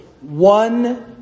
one